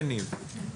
כן, ניב.